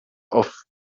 auf